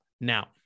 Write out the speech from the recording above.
Now